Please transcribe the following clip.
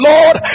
Lord